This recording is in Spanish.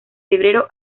febrero